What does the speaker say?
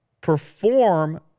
perform